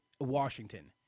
Washington